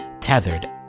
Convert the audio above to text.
tethered